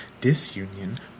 Disunion